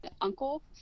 uncle